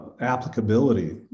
applicability